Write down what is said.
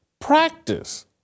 practice